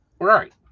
Right